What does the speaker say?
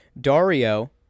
Dario